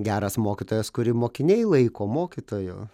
geras mokytojas kurį mokiniai laiko mokytoju